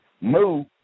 Move